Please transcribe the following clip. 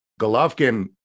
Golovkin